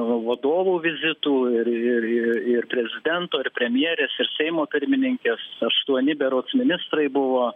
vadovų vizitų ir ir ir prezidento ir premjerės ir seimo pirmininkės aštuoni berods ministrai buvo